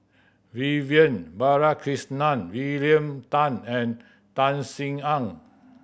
Vivian Balakrishnan William Tan and Tan Sin Aun